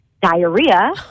diarrhea